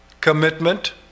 commitment